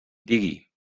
digui